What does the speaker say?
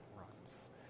runs